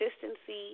consistency